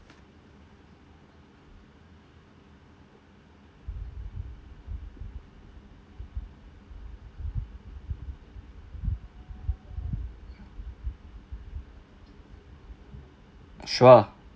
sure